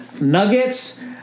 Nuggets